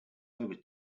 over